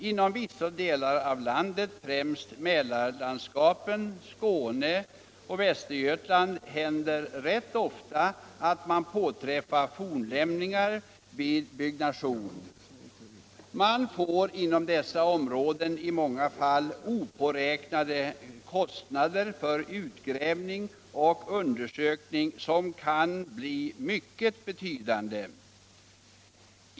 Inom vissa delar av landet — främst Mälarlandskapen, Skåne och Västergötland — händer det Nr 28 rätt ofta att man påträffar fornlämningar vid byggnation. Man får inom Onsdagen den dessa områden i många fall opåräknade kostnader för utgrävning och 17 november 1976 undersökning som kan bli mycket betydande.